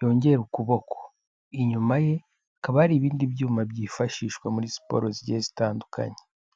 yongere ukuboko, inyuma ye hakaba hari ibindi byuma byifashishwa muri siporo zigiye zitandukanye.